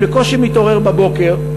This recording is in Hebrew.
ואני בקושי מתעורר בבוקר.